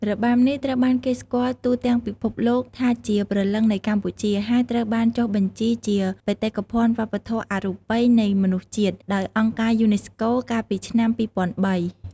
របាំនេះត្រូវបានគេស្គាល់ទូទាំងពិភពលោកថាជា "ព្រលឹងនៃកម្ពុជា" ហើយត្រូវបានចុះបញ្ជីជា បេតិកភណ្ឌវប្បធម៌អរូបីនៃមនុស្សជាតិ ដោយអង្គការយូណេស្កូ កាលពីឆ្នាំ ២០០៣។